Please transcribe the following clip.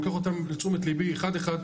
לוקח אותם לתשומת ליבי אחד אחד.